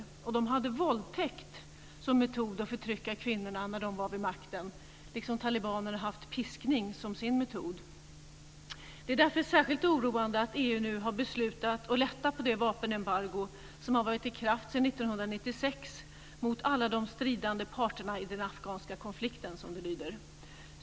När de var vid makten hade de våldtäkt som metod för att förtrycka kvinnorna, liksom talibanerna haft piskning som sin metod. Därför är det särskilt oroande att EU nu har beslutat att lätta på det vapenembargo som varit i kraft sedan 1996 mot alla de stridande parterna i den afghanska konflikten, som det lyder.